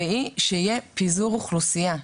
והיא שיהיה פיזור אוכלוסייה.